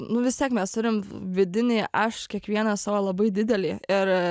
nu vis tiek mes turim vidinį aš kiekvieną savo labai didelį ir